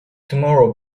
tomorrow